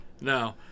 No